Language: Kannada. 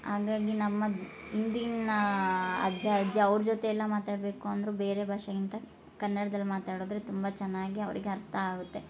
ಹಾಗಾಗಿ ನಮ್ಮ ಹಿಂದಿನ ಅಜ್ಜ ಅಜ್ಜಿ ಅವ್ರ ಜೊತೆ ಎಲ್ಲ ಮಾತಾಡಬೇಕು ಅಂದರೂ ಬೇರೆ ಭಾಷೆಗಿಂತ ಕನ್ನಡ್ದಲ್ಲಿ ಮಾತಾಡಿದ್ರೆ ತುಂಬ ಚೆನ್ನಾಗಿ ಅವರಿಗೆ ಅರ್ಥ ಆಗುತ್ತೆ